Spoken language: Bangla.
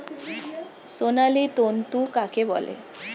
সোনালী তন্তু কাকে বলে?